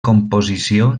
composició